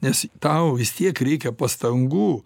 nes tau vis tiek reikia pastangų